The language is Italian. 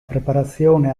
preparazione